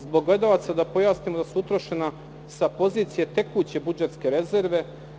Zbog gledalaca da pojasnim da su utrošena sa pozicije tekuće budžetske rezerve.